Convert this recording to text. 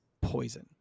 poison